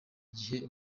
igihe